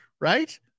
right